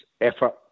effort